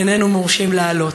איננו מורשים לעלות.